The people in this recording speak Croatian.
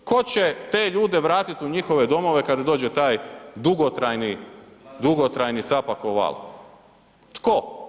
Tko će te ljude vratiti u njihove domove kada dođe taj dugotrajni Capakov val, tko?